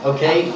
Okay